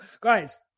guys